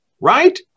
right